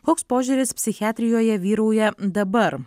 koks požiūris psichiatrijoje vyrauja dabar